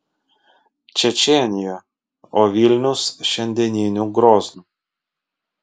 čečėnija o vilnius šiandieniniu groznu